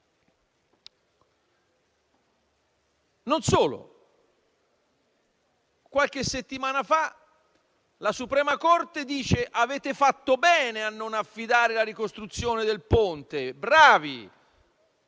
Non solo. Qualche settimana fa, la Suprema corte dice che si è fatto bene a non affidargli la ricostruzione. Ho pensato